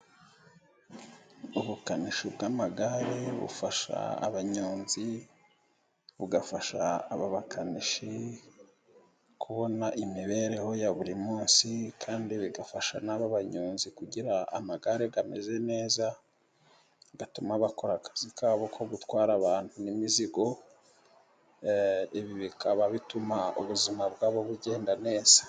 Ubukanishi bw'amagare bufasha abanyonzi, bugafasha aba bakanishi kubona imibereho ya buri munsi, kandi bigafasha n'aba banyonzi kugira amagare ameze neza, bigatuma bakora akazi kabo ko gutwara abantu n'imizigo, ibi bikaba bituma ubuzima bwabo bugenda neza.